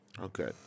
Okay